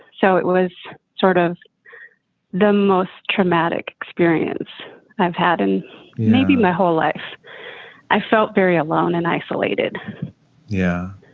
so it was sort of the most traumatic experience i've had and maybe my whole life i felt very alone and isolated yeah.